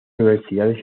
universidades